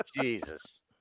Jesus